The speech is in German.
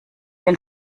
den